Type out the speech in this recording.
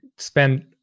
spend